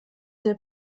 der